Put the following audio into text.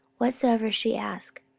whatsoever she asked,